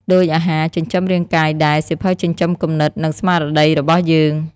ដូចអាហារចិញ្ចឹមរាងកាយដែេ សៀវភៅចិញ្ចឹមគំនិត និងស្មារតីរបស់យើង។